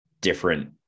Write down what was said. different